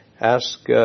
ask